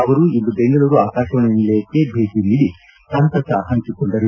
ಅವರು ಇಂದು ಬೆಂಗಳೂರು ಆಕಾಶವಾಣಿ ನಿಲಯಕ್ಕೆ ಭೇಟಿ ನೀಡಿ ಸಂತಸ ಹಂಚಿಕೊಂಡರು